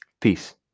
Peace